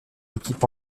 équipes